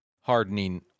hardening